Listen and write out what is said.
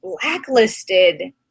Blacklisted